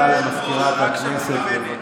אתם אלה שמשמיצים את מדינת ישראל בעולם.